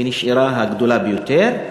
ונשארה הגדולה ביותר,